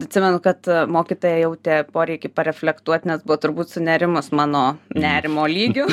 atsimenu kad mokytoja jautė poreikį pareflektuot nes buvo turbūt sunerimus mano nerimo lygiu